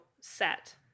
set